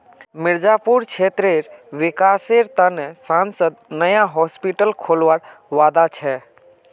मिर्जापुर क्षेत्रेर विकासेर त न सांसद नया हॉस्पिटल खोलवार वादा छ